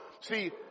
See